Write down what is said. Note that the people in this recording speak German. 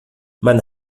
man